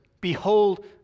Behold